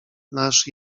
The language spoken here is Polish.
nasz